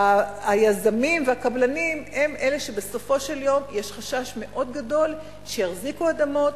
היזמים והקבלנים הם אלה שבסופו של יום יש חשש מאוד גדול שיחזיקו אדמות,